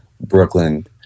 Brooklyn